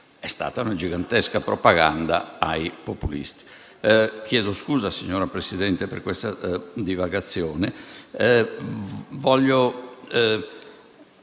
di una gigantesca propaganda ai populisti.